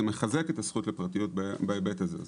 זה מחזק את הזכות לפרטיות בהיבט הזה.